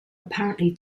apparently